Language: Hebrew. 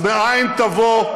אז מאין תבוא,